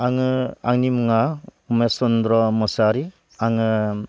आङो आंनि मुङा महेस चन्द्र मोसाहारि आङो